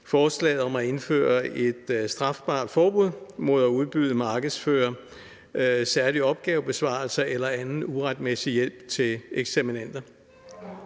forslag om at indføre et strafbelagt forbud mod at udbyde og markedsføre særlige opgavebesvarelser eller anden uretmæssig hjælp til eksaminander.